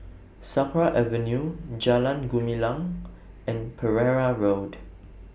Sakra Avenue Jalan Gumilang and Pereira Road